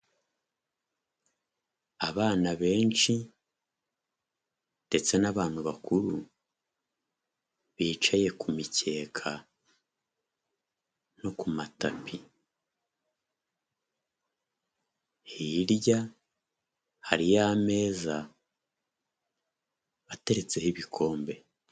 Abana benshi ndetse n'abantu bakuru, bicaye ku mikeka no ku matapi, hirya hariyo ameza ateretseho ibikombe.